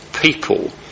people